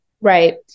Right